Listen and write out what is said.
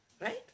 Right